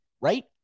right